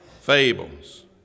fables